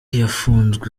yafunzwe